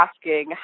asking